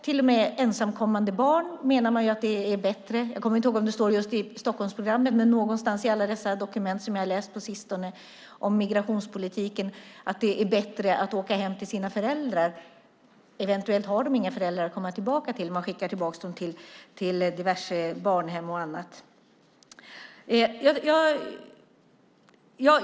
Till och med beträffande ensamkommande barn menar man att det är bättre för dem - jag kommer inte ihåg om det står i just Stockholmsprogrammet men någonstans i alla dessa dokument som jag läst på sistone om migrationspolitiken - att åka hem till sina föräldrar. Eventuellt har de inga föräldrar att komma tillbaka till. Man skickar tillbaka dem till diverse barnhem och annat.